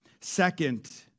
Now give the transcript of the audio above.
Second